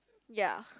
ya